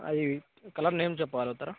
అయి colour name చెప్పగలుగుతారా